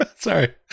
sorry